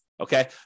Okay